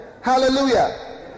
hallelujah